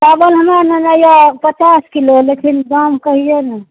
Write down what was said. चावल हमरा लेनाइ हइ पचास किलो लेकिन दाम कहिऔ ने